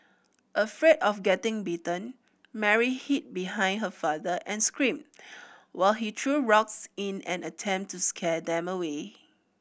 afraid of getting bitten Mary hid behind her father and screamed while he threw rocks in an attempt to scare them away